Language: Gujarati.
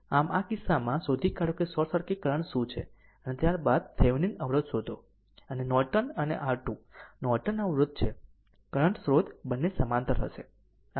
આમ આ કિસ્સામાં શોધી કાઢો કે શોર્ટ સર્કિટ કરંટ શું છે અને ત્યારબાદ થેવેનિન અવરોધ શોધો અને આ નોર્ટન અને R2 નોર્ટન અવરોધ છે કરંટ સ્રોત બંને સમાંતર હશે